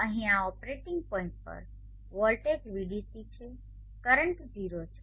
અહીં આ operating point પર વોલ્ટેજ Vdc છે કરંટ 0 છે